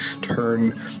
turn